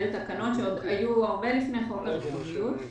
שאלו תקנות שהיו הרבה לפני חוק הריכוזיות,